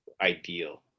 ideal